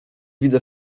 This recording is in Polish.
widzę